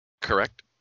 Correct